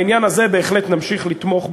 בעניין הזה בהחלט נמשיך לתמוך בו,